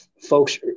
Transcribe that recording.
folks